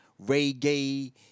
reggae